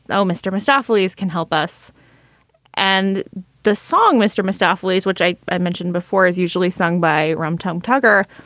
oh, mr. moustafa, please can help us and the song mr. moustafa lays, which i i mentioned before, is usually sung by rum tum tugger.